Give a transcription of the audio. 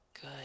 good